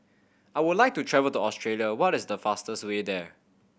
I would like to travel to Australia what is the fastest way there